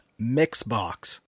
Mixbox